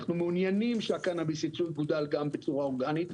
אנחנו מעוניינים שהקנביס יגודל גם בצורה אורגנית,